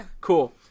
Cool